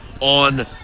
on